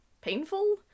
painful